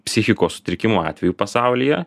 psichikos sutrikimų atvejų pasaulyje